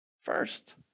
first